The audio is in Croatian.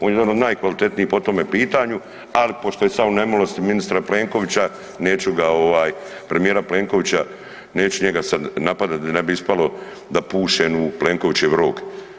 On je jedan od najkvalitetnijih po tome pitanju, ali pošto je sada u nemilosti ministra Plenkovića neću ga, premijera Plenkovića neću njega sada napadati da ne bi ispalo da pušem u Plenkovićev rog.